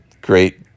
great